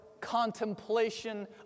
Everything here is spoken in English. contemplation